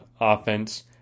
offense